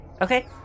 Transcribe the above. Okay